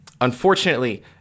Unfortunately